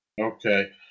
Okay